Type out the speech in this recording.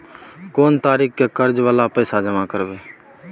कोन तारीख के कर्जा वाला पैसा जमा करबे?